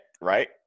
right